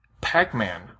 Pac-Man